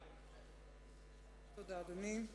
תודה, אדוני.